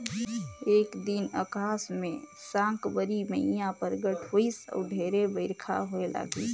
एक दिन अकास मे साकंबरी मईया परगट होईस अउ ढेरे बईरखा होए लगिस